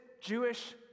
Jewish